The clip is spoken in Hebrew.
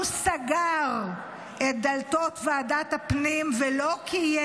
הוא סגר את דלתות ועדת הפנים ולא קיים